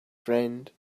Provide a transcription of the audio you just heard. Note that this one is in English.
friend